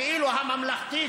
כאילו הממלכתית,